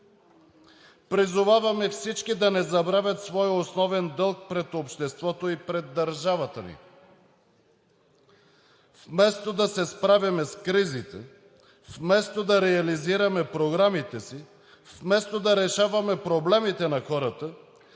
Призоваваме всички да не забравяме своя основен дълг пред обществото и пред държавата ни. Вместо да се справим с кризите, вместо да реализираме програмите си, вместо да решаваме проблемите на хората,